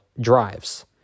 drives